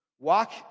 walk